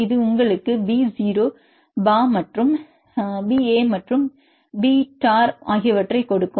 இது உங்களுக்கு இந்த பி 0 பா மற்றும் பின்னர் பி டோரைக் கொடுக்கும்